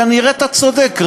כנראה אתה צודק,